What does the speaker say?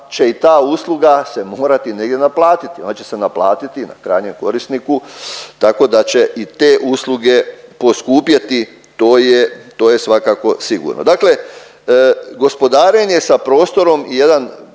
će i ta usluga se morati negdje naplatiti ona će se naplatiti na krajnjem korisniku tako da će i te usluge poskupjeti. To je, to je svakako sigurno. Dakle gospodarenje sa prostorom je jedan